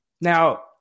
Now